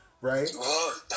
right